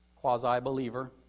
quasi-believer